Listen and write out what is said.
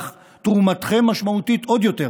אך תרומתכם משמעותית עוד יותר